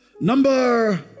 Number